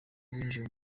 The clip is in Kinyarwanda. binjiye